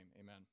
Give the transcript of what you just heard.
Amen